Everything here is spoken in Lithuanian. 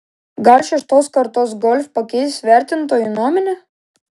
gal šeštos kartos golf pakeis vertintojų nuomonę